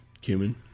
Cumin